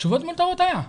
תשובות מאולתרות היו.